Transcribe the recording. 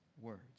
words